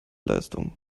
leistung